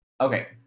Okay